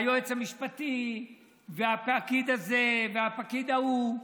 היועץ המשפטי והפקיד הזה והפקיד ההוא,